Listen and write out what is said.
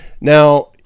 Now